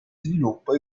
sviluppo